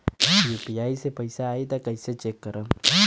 UPI से पैसा आई त कइसे चेक खरब?